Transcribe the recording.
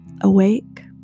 awake